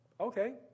okay